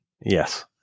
Yes